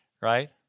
Right